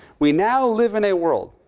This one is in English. we now live in a world,